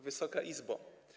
Wysoka Izbo!